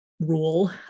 Rule